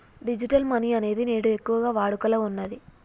digital money అనేది నేడు ఎక్కువగా వాడుకలో ఉన్నది